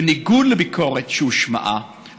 בניגוד לביקורת שהושמעה,